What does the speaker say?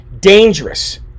dangerous